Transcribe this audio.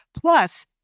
plus